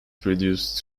produced